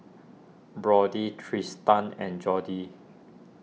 Brody Tristan and Jody